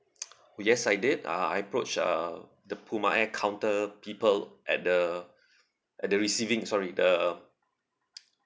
yes I did uh I approached uh the puma air counter people at the at the receiving sorry the